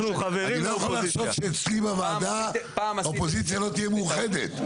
אני לא יכול להרשות שאצלי בוועדה האופוזיציה לא תהיה מאוחדת.